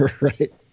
Right